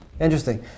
Interesting